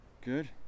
Good